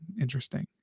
Interesting